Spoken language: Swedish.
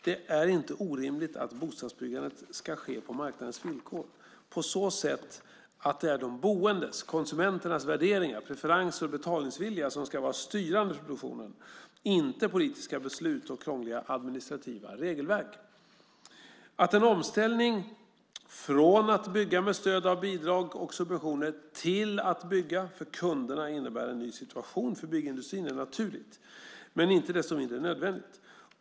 Det är inte orimligt att bostadsbyggandet ska ske på marknadens villkor, på så sätt att det är de boendes - konsumenternas - värderingar, preferenser och betalningsvilja som ska vara styrande för produktionen, inte politiska beslut och krångliga administrativa regelverk. Att en omställning från att bygga med stöd av bidrag och subventioner till att bygga för kunderna innebär en ny situation för byggindustrin är naturligt men inte desto mindre nödvändigt.